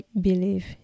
believe